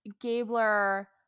Gabler